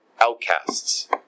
outcasts